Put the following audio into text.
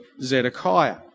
Zedekiah